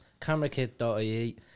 CameraKit.ie